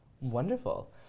Wonderful